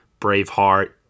Braveheart